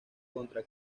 contra